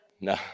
No